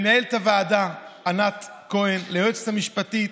למנהלת הוועדה ענת כהן, ליועצת המשפטית,